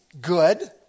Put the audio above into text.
good